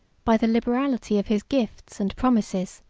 by the liberality of his gifts and promises,